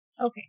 Okay